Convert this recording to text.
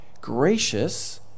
gracious